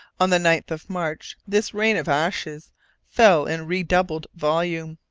on the ninth of march this rain of ashes fell in redoubled volume,